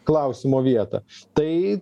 klausimo vietą tai